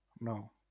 no